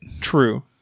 true